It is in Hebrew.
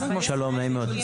שלום נעים מאוד.